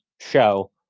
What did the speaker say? show